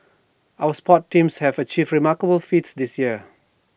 our sports teams have achieved remarkable feats this year